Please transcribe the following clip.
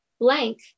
Blank